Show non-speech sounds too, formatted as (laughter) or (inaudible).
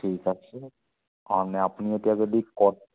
ঠিক আছে (unintelligible) আপুনি এতিয়া যদি ক